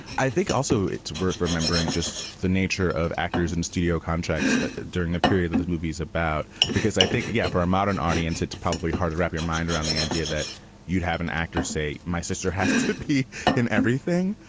i think also it's worth remembering just the nature of actors and studio contracts during the period that the movie's about, because i think, yeah, for a modern audience, it's probably hard to wrap your mind around the idea that you'd have an actor say, my sister has to pee in everything,